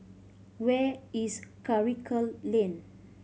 where is Karikal Lane